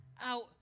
out